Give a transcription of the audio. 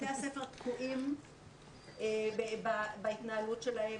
בתי הספר תקועים בהתנהלות שלהם,